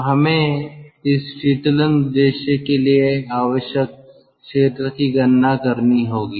तो हमें इस शीतलन उद्देश्य के लिए आवश्यक क्षेत्र की गणना करना होगी